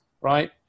right